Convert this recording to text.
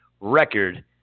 record